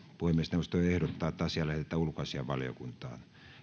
puhemiesneuvosto ehdottaa että asia lähetetään ulkoasiainvaliokuntaan